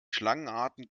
schlangenarten